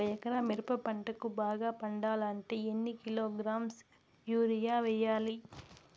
ఒక ఎకరా మిరప పంటకు బాగా పండాలంటే ఎన్ని కిలోగ్రామ్స్ యూరియ వెయ్యాలి?